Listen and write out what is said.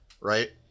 right